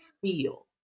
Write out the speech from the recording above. feel